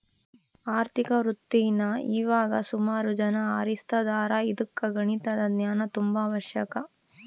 ಆರ್ಥಿಕ ವೃತ್ತೀನಾ ಇವಾಗ ಸುಮಾರು ಜನ ಆರಿಸ್ತದಾರ ಇದುಕ್ಕ ಗಣಿತದ ಜ್ಞಾನ ತುಂಬಾ ಅವಶ್ಯಕ